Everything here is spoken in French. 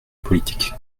politique